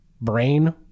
brain